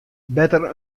better